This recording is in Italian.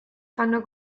fanno